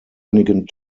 einigen